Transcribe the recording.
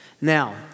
Now